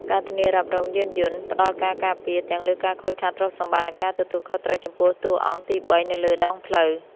ការធានារ៉ាប់រងយានយន្ត ផ្ដល់ការការពារទាំងលើការខូចខាតទ្រព្យសម្បត្តិ និងការទទួលខុសត្រូវចំពោះតួអង្គទីបីនៅលើដងផ្លូវ។